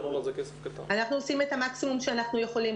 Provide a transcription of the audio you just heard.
אנחנו עושים את המקסימום שאנחנו יכולים,